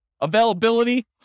Availability